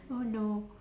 oh no